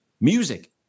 music